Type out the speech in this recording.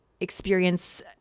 experience